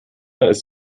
ist